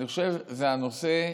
אני חושב, זה הנושא של,